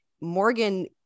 Morgan